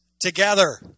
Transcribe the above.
together